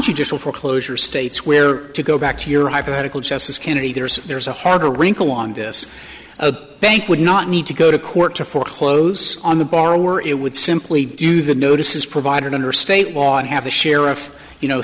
judicial foreclosure states where to go back to your hypothetical justice kennedy there's there's a harder wrinkle on this a bank would not need to go to court to foreclose on the borrower it would simply do the notices provided under state law and have a sheriff you know